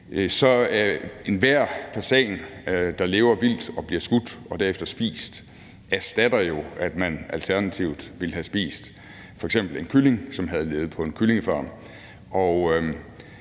er enhver fasan, der lever vildt og bliver skudt og derefter spist, noget, der jo erstatter, at man alternativt ville have spist en kylling, som havde levet på en kyllingefarm,